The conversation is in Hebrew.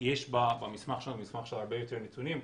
יש במסמך שלה הרבה יותר נתונים,